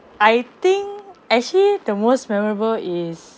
I think actually the most memorable is